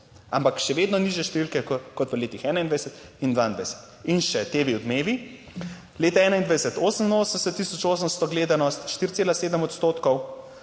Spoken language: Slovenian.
ampak še vedno nižje številke kot v letih 2021 in 2022. In še TV Odmevi leta 2021 88 tisoč 800 gledanost 4,7 odstotkov,